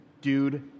dude